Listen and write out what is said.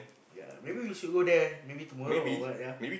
ya maybe we should go there maybe tomorrow or what ya